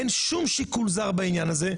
אין שום שיקול זר בעניין הזה,